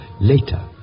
later